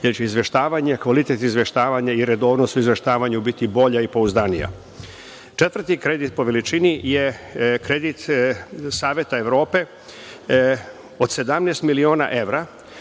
jer će izveštavanje, kvalitet izveštavanja i redovnost u izveštavanju biti bolja i pouzdanija. Četvrti kredit po veličini je kredit Saveta Evrope od 17 miliona evra,